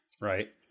right